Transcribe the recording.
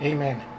Amen